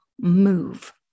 move